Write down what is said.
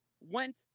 went